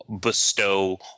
bestow